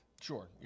Sure